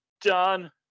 done